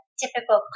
typical